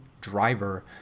driver